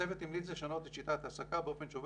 הצוות המליץ לשנות את שיטת ההעסקה באופן שעובד